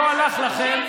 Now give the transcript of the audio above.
לא הלך לכם,